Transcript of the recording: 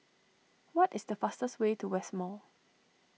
what is the fastest way to West Mall